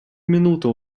минуту